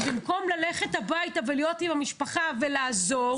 במקום ללכת הביתה ולהיות עם המשפחה ולעזור,